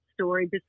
story